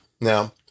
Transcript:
Now